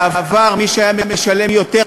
בעבר מי שהיה משלם יותר,